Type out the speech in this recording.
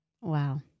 Wow